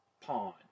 Pawn